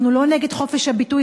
אנחנו לא נגד חופש הביטוי,